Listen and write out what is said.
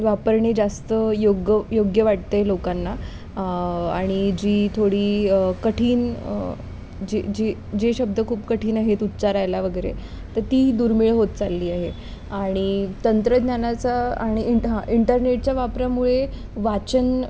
वापरणे जास्त योग्य योग्य वाटत आहे लोकांना आणि जी थोडी कठीण जे जे जे शब्द खूप कठीण आहेत उच्चारायला वगैरे तर ती दुर्मिळ होत चालली आहे आणि तंत्रज्ञानाचा आणि इंट हां इंटरनेटच्या वापरामुळे वाचन